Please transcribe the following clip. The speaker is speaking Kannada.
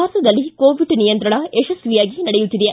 ಭಾರತದಲ್ಲಿ ಕೋವಿಡ್ ನಿಯಂತ್ರಣ ಯಶ್ವಾಯಾಗಿ ನಡೆಯುತ್ತಿದೆ